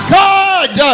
god